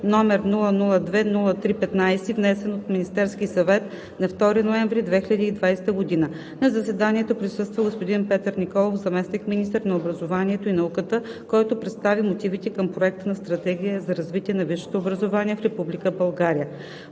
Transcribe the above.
№ 002-03-15, внесен от Министерския съвет на 2 ноември 2020 г. На заседанието присъства господин Петър Николов – заместник-министър на образованието и науката, който представи мотивите към Проекта на Стратегия за развитие на висшето образование в Република България